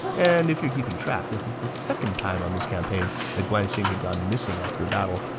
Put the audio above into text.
and if you're keeping track, this is the second time on this campaign that guan xing had gone missing after a battle,